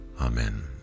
Amen